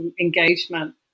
engagement